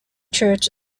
church